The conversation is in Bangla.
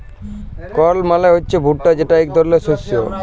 কর্ল মালে হছে ভুট্টা যেট ইক ধরলের শস্য